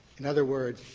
in other words,